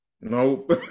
Nope